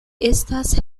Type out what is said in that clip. estas